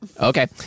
Okay